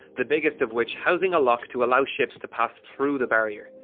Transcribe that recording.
the biggest of which housing a lock to allowing ships to pass through the barrier.